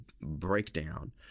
breakdown